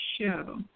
show